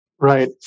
Right